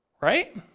right